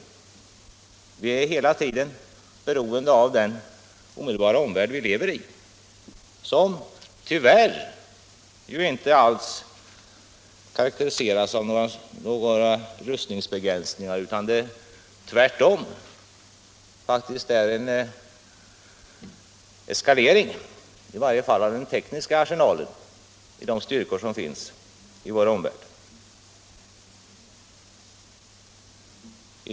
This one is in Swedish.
Vi är hela tiden beroende av vår omedelbara omvärld, som tyvärr inte alls karakteriseras av några rustningsbegränsningar — tvärtom. Det pågår faktiskt en eskalering, i varje fall av den tekniska arsenalen, i de styrkor som finns i vår omvärld.